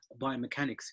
biomechanics